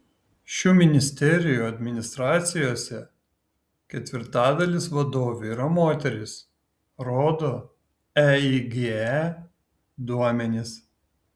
šių ministerijų administracijose ketvirtadalis vadovių yra moterys rodo eige duomenys